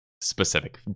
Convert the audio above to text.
specific